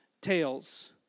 tales